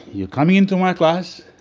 you're coming into my class.